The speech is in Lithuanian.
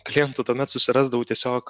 klientų tuomet susirasdavau tiesiog